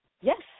yes